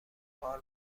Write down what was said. کار